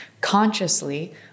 consciously